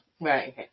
Right